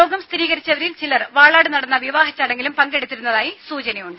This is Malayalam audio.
രോഗം സ്ഥിരീകരിച്ചവരിൽ ചിലർ വാളാട് നടന്ന വിവാഹ ചടങ്ങിലും പങ്കെടുത്തിരുന്നതായി സൂചനയുണ്ട്